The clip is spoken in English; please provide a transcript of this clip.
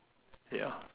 ya